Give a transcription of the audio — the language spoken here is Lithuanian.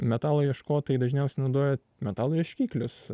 metalo ieškotojai dažniausiai naudoja metalo ieškiklius